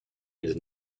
his